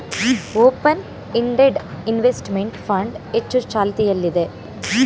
open ended investment fund ಹೆಚ್ಚು ಚಾಲ್ತಿಯಲ್ಲಿದೆ